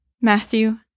Matthew